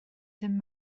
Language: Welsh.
ddim